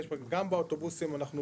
גם באוטובוסים אנחנו